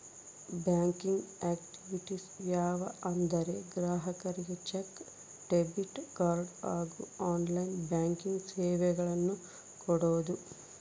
banking activities ಯಾವ ಅಂದರೆ ಗ್ರಾಹಕರಿಗೆ ಚೆಕ್, ಡೆಬಿಟ್ ಕಾರ್ಡ್ ಹಾಗೂ ಆನ್ಲೈನ್ ಬ್ಯಾಂಕಿಂಗ್ ಸೇವೆಗಳನ್ನು ಕೊಡೋದು